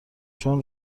چون